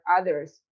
others